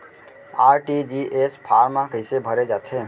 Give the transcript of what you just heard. RTGS form कइसे भरे जाथे?